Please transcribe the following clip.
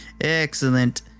excellent